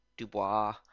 Dubois